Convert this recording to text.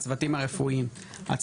שלום,